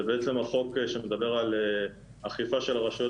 זה החוק שמדבר על האכיפה של רשויות